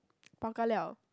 bao ka liao